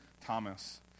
Thomas